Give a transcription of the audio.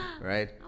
right